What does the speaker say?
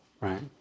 right